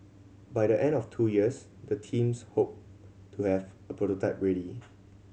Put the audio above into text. by the end of two years the teams hope to have a prototype ready